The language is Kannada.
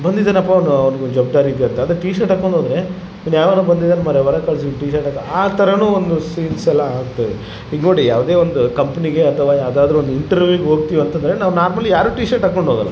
ಬಂದಿದನಪ್ಪೋ ಅವನು ಅವನಿಗೊಂದ್ ಜವಾಬ್ದಾರಿ ಇದೆಯಂತ ಅದೆ ಟಿ ಶರ್ಟ್ ಹಾಕೊಂಡು ಹೋದರೆ ಇವ್ನು ಯಾವನೋ ಬಂದಿದಾನೆ ಮರೆ ಹೊರಗೆ ಕಳಿಸಿ ಟಿ ಶರ್ಟ್ ಅಂತ ಆ ಥರ ಒಂದು ಸೀನ್ಸ್ ಎಲ್ಲ ಆಗ್ತವೆ ಈಗ ನೋಡಿ ಯಾವುದೇ ಒಂದು ಕಂಪ್ನಿಗೆ ಅಥವಾ ಯಾವುದಾದ್ರು ಒಂದು ಇಂಟ್ರೀವಿಗೆ ಹೋಗ್ತಿವಿ ಅಂತಂದರೆ ನಾವು ನಾರ್ಮಲಿ ಯಾರು ಟಿ ಶರ್ಟ್ ಹಾಕೊಂಡು ಹೋಗೊಲ್ಲ